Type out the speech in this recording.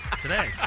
today